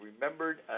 remembered